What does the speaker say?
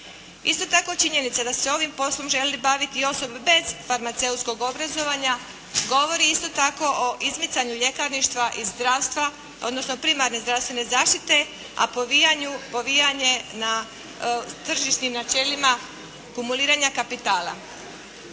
Isto tako, činjenica da se ovim poslom žele baviti osobe bez farmaceutskog obrazovanja govori isto tako o izmicanju ljekarništva i zdravstva odnosno primarne zdravstvene zaštite a povijanje na tržišnim načelima kumuliranja kapitala.